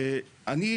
ואני,